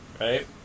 Right